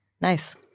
Nice